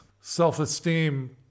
self-esteem